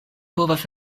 povas